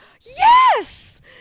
yes